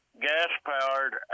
gas-powered